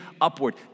upward